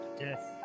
Yes